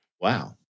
wow